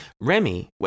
Remy